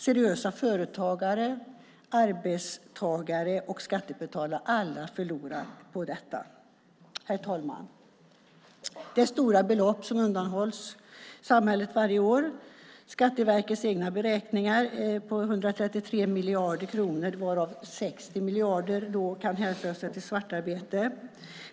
Seriösa företagare, arbetstagare och skattebetalare har alla förlorat på detta. Herr talman! Det är stora belopp som undanhålls samhället varje år. Skatteverkets egna beräkningar är på 133 miljarder kronor varav 60 miljarder kan hänföras till svartarbete.